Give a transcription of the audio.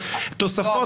תוספות,